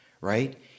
right